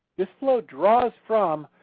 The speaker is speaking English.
this flow draws from,